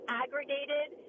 aggregated